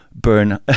burn